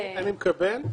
אני מקבל.